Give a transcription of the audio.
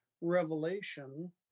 Revelation